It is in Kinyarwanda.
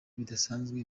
bidasanzwe